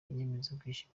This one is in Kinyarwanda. inyemezabwishyu